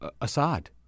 Assad